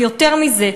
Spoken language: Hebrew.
ויותר מזה,